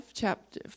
chapter